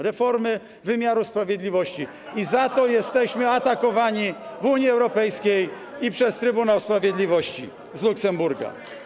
Reformy wymiaru sprawiedliwości i za to jesteśmy atakowani w Unii Europejskiej i przez Trybunał Sprawiedliwości z Luksemburga.